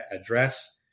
address